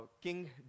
King